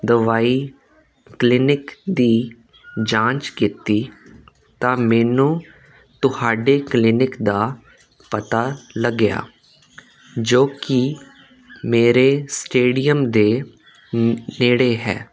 ਦਵਾਈ ਕਲੀਨਿਕ ਦੀ ਜਾਂਚ ਕੀਤੀ ਤਾਂ ਮੈਨੂੰ ਤੁਹਾਡੇ ਕਲੀਨਿਕ ਦਾ ਪਤਾ ਲੱਗਿਆ ਜੋ ਕਿ ਮੇਰੇ ਸਟੇਡੀਅਮ ਦੇ ਨੇੜੇ ਹੈ